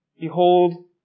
behold